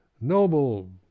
noble